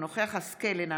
אינו נוכח גלית דיסטל אטבריאן,